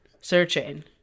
searching